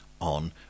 on